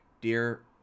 dear